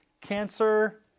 cancer